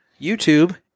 YouTube